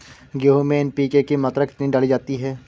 गेहूँ में एन.पी.के की मात्रा कितनी डाली जाती है?